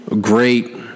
great